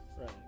Right